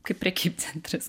kaip prekybcentris